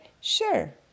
Sure